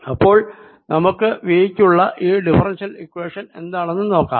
അപ്പോൾ നമുക്ക് V ക്കുള്ള ഈ ഡിഫറെൻഷ്യൽ ഇക്വേഷൻ എന്താണെന്ന് നോക്കാം